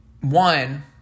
one